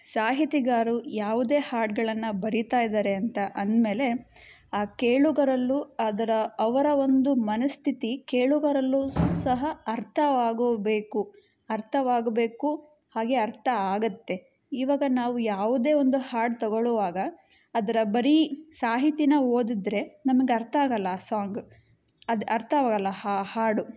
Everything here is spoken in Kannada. ಸಾಹಿತಿಗಾರರು ಯಾವುದೇ ಹಾಡುಗಳನ್ನು ಬರೀತಾಯಿದ್ದಾರೆ ಅಂತ ಅಂದಮೇಲೆ ಆ ಕೇಳುಗರಲ್ಲೂ ಅದರ ಅವರ ಒಂದು ಮನಸ್ಥಿತಿ ಕೇಳುಗರಲ್ಲೂ ಸಹ ಅರ್ಥವಾಗಬೇಕು ಅರ್ಥವಾಗಬೇಕು ಹಾಗೇ ಅರ್ಥ ಆಗುತ್ತೆ ಇವಾಗ ನಾವು ಯಾವುದೇ ಒಂದು ಹಾಡು ತಗೊಳ್ಳುವಾಗ ಅದರ ಬರೀ ಸಾಹಿತಿನ ಓದಿದ್ರೆ ನಮಗೆ ಅರ್ಥ ಆಗೋಲ್ಲ ಆ ಸಾಂಗ್ ಅದು ಅರ್ಥವಾಗೋಲ್ಲ ಆ ಹಾಡು